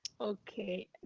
Okay